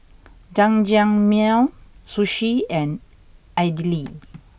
Jajangmyeon Sushi and Idili